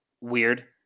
weird